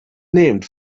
named